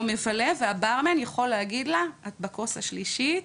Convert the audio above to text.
או מבלה והברמן יכול להגיד לה את בכוס השלישית,